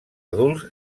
adults